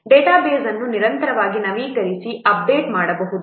data base ಅನ್ನು ನಿರಂತರವಾಗಿ ನವೀಕರಿಸ ಅಪ್ಡೇಟ್ ಮಾಡಬಹುದು